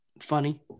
funny